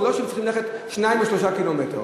ולא שהם צריכים ללכת 2 או 3 קילומטרים.